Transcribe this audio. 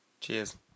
Cheers